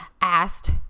asked